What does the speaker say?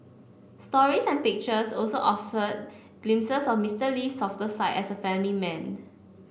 stories and pictures also offered glimpses of Mister Lee's softer side as a family man